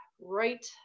right